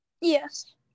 Yes